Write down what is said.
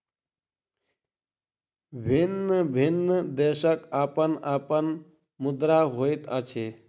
भिन्न भिन्न देशक अपन अपन मुद्रा होइत अछि